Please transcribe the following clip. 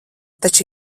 taču